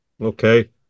okay